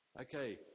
Okay